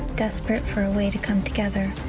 desperate for a way to come together.